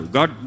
God